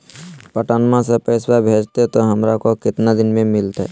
पटनमा से पैसबा भेजते तो हमारा को दिन मे मिलते?